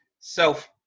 Self